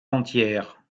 entières